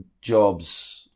jobs